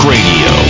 Radio